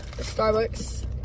Starbucks